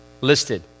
listed